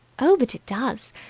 oh, but it does.